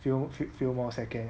few few more second